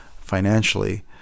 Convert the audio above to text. financially